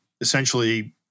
essentially